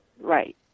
Right